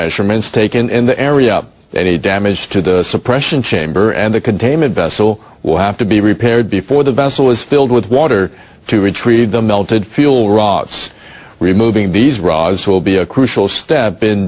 measurements taken in the area any damage to the suppression chamber and the containment vessel will have to be repaired before the vessel is filled with water to retrieve the melted fuel rods removing these rods will be a crucial step